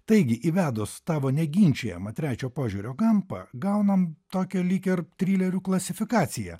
taigi įvedus tavo neginčijamą trečio požiūrio kampą gaunam tokią lyg ir trilerių klasifikaciją